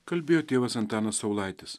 kalbėjo tėvas antanas saulaitis